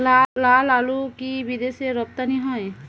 লালআলু কি বিদেশে রপ্তানি হয়?